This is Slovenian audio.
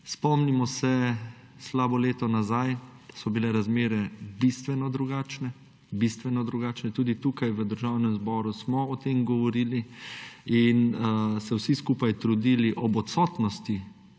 Spomnimo se, slabo leto nazaj so bile razmere bistveno drugačne, tudi tukaj v Državnem zboru smo o tem govorili in se vsi skupaj trudili ob odsotnosti